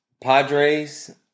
Padres